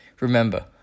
Remember